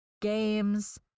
games